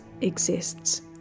exists